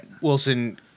Wilson